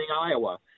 Iowa